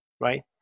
right